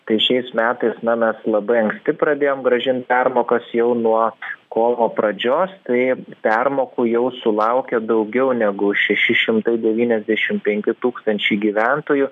tai šiais metais na mes labai anksti pradėjom grąžint permokas jau nuo kovo pradžios tai permokų jau sulaukė daugiau negu šeši šimtai devyniasdešimt penki tūkstančiai gyventojų